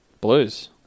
Blues